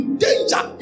danger